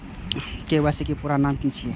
KYC के पूरा नाम की छिय?